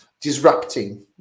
disrupting